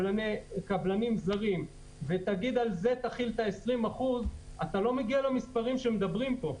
קבלנים זרים ותגיד שעל זה נחיל 20% לא מגיעים למספרים שמדברים עליהם פה.